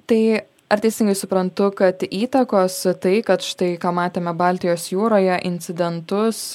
tai ar teisingai suprantu kad įtakos tai kad štai ką matėme baltijos jūroje incidentus